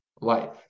life